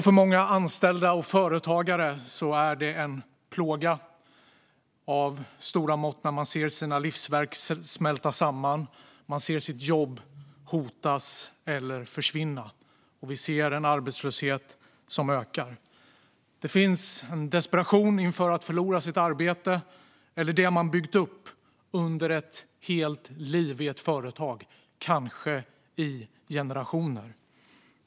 För många anställda och företagare är det också en plåga av stora mått att se sina livsverk smälta samman eller sitt jobb hotas eller försvinna, och vi ser en arbetslöshet som ökar. Det finns en desperation inför att förlora sitt arbete eller det som man byggt upp under ett helt liv i ett företag, kanske i generationer.